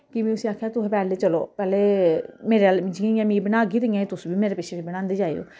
फ्ही में उस्सी आक्खेआ कि तुस पैह्लें चलो पैह्ले जियां में बनागी ते इ'यां तुस बी मेरे पिच्छे पिच्छे बनांदे जायो